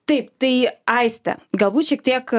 taip tai aiste galbūt šiek tiek